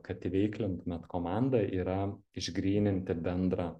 kad įveiklintumėt komandą yra išgryninti bendrą